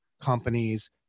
companies